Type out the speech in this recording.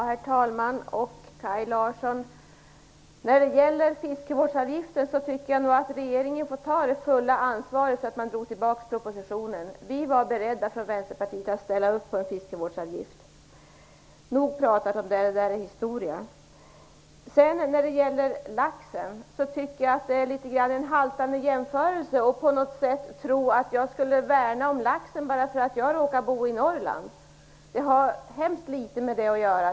Herr talman! När det gäller fiskevårdsavgiften, Kaj Larsson, tycker jag nog att regeringen får ta det fulla ansvaret för att propositionen drogs tillbaka. Vi var från Vänsterpartiet beredda att ställa oss bakom en fiskevårdsavgift. Nog talat om det - det är historia. När det sedan gäller laxen tycker jag att det haltar när man menar att jag skulle värna om laxen bara därför att jag råkar bo i Norrland. Det har hemskt litet med det att göra.